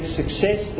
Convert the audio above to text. success